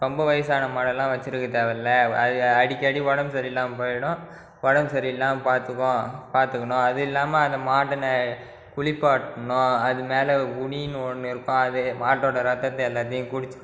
ரொம்ப வயசான மாடெல்லாம் வச்சுருக்க தேவையில்ல அது அடிக்கடி உடம்பு சரி இல்லாமல் போயிடும் உடம்பு சரி இல்லாமல் பார்த்துக்கோம் பார்த்துக்குணும் அதுவும் இல்லாமல் அந்த மாடு ன குளிப்பாட்ணும் அது மேலே உனி ஒன்று இருக்கும் அது மாட்டோடய இரத்தத்தை எல்லாத்தையும் குடிச்சுடும்